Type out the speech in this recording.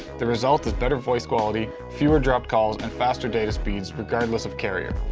the result is better voice quality, fewer dropped calls and faster data speeds regardless of carrier.